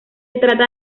trata